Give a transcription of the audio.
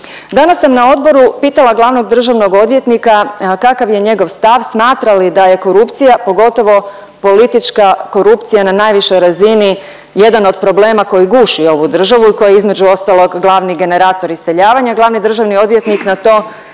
Danas sam na odboru pitala glavnog državnog odvjetnika kakav je njegov stav, smatra li da je korupcija pogotovo politička korupcija na najvišoj razini jedan od problema koji guši ovu državu i koja je između ostalog glavni generator iseljavanja.